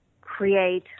create